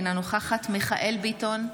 אינה נוכחת מיכאל מרדכי ביטון,